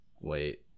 wait